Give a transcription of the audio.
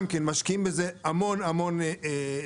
גם כן, משקיעים בזה המון המון עבודה.